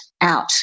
out